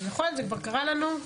זה כבר קרה לנו.